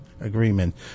agreement